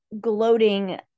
gloating